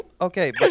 Okay